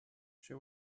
she